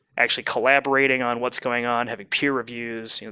actually collaborating on what's going on, having peer reviews. you know